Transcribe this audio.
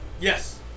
Yes